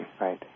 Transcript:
Right